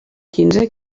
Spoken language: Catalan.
quinze